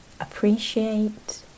appreciate